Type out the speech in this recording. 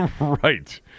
Right